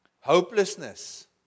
Hopelessness